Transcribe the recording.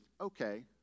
Okay